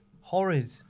horrid